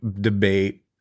debate